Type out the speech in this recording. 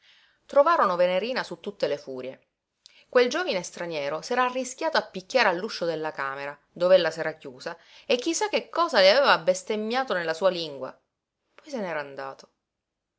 trovarono venerina su tutte le furie quel giovine straniero s'era arrischiato a picchiare all'uscio della camera dove ella s'era chiusa e chi sa che cosa le aveva bestemmiato nella sua lingua poi se n'era andato